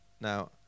Now